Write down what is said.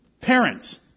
Parents